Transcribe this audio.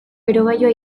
berogailua